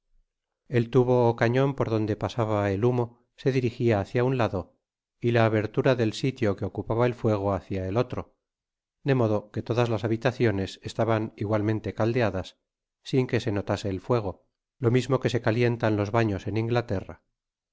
el tubo ó cañon por donde pasaba el humo se dirigia hacia un lado y la abertura del sitio que ocupaba el fuego hacia el otro de modo que todas las habitaciones estaban igualmente caldeadas sin que se notase el fuego lo mismo que se calientan los baños en inglaterra